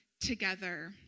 together